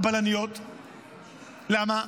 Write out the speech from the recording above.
הבלניות, למה?